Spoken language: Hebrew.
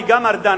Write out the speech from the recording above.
וגם את ארדן,